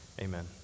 amen